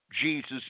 Jesus